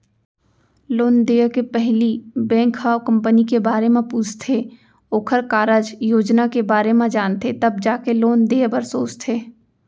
loan देय के पहिली बेंक ह कंपनी के बारे म पूछथे ओखर कारज योजना के बारे म जानथे तब जाके लोन देय बर सोचथे